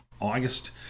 August